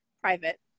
private